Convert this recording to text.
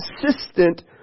consistent